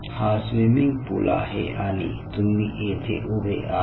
हा swimming pool आहे आणि तुम्ही येथे उभे आहात